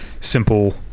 simple